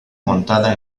montada